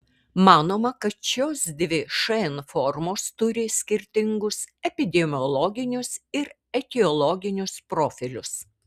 manoma kad šios dvi šn formos turi skirtingus epidemiologinius ir etiologinius profilius